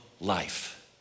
life